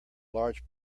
large